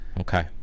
okay